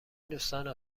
دوستان